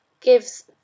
gives